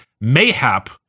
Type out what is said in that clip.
Mayhap